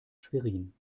schwerin